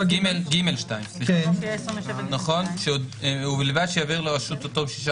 ג2 ובלבד שיעביר לרשות בתום שישה